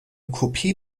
kopie